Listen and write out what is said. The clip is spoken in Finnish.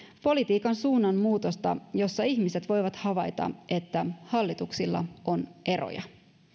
politiikan suunnanmuutosta jossa ihmiset voivat havaita että hallituksilla on eroja